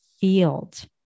field